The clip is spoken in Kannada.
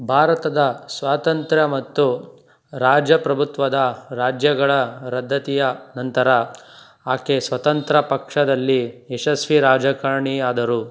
ಭಾರತದ ಸ್ವಾತಂತ್ರ್ಯ ಮತ್ತು ರಾಜಪ್ರಭುತ್ವದ ರಾಜ್ಯಗಳ ರದ್ಧತಿಯ ನಂತರ ಆಕೆ ಸ್ವತಂತ್ರ ಪಕ್ಷದಲ್ಲಿ ಯಶಸ್ವಿ ರಾಜಕಾರಣಿಯಾದರು